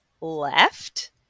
left